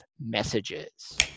messages